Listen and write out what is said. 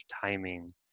timing